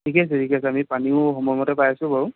ঠিকে আছে ঠিক আছে আমি পানীও সময়মতে পাই আছোঁ বাৰু